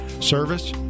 service